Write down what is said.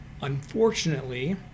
Unfortunately